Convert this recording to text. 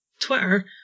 Twitter